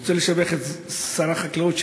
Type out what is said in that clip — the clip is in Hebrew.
אני רוצה לשבח את שר החקלאות,